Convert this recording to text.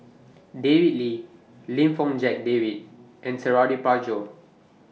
David Lee Lim Fong Jock David and Suradi Parjo